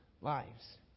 lives